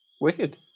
Wicked